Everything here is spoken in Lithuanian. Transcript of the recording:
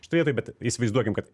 šitoj vietoj bet įsivaizduokim kad